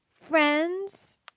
Friends